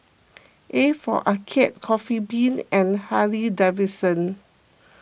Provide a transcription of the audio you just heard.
A for Arcade Coffee Bean and Harley Davidson